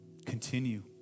Continue